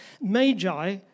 Magi